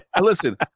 Listen